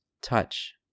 Touch